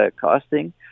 costing